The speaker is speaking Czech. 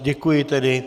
Děkuji tedy.